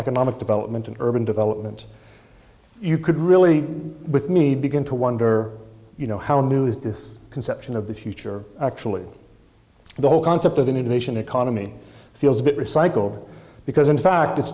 economic development and urban development you could really with me begin to wonder you know how new is this conception of the future actually the whole concept of an edition economy feels a bit recycled because in fact it's